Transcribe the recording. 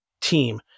team